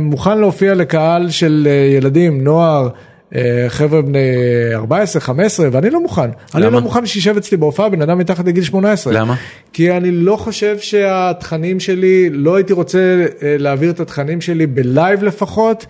מוכן להופיע לקהל של ילדים, נוער, חברה בני 14, 15, ואני לא מוכן. אני לא מוכן שישב אצלי בהופעה בן אדם מתחת לגיל 18. למה? כי אני לא חושב שהתכנים שלי, לא הייתי רוצה להעביר את התכנים שלי בלייב לפחות